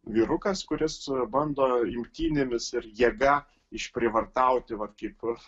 vyrukas kuris bando imtynėmis ir jėga išprievartauti vat kaip